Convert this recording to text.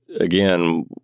again